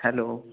hello